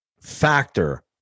factor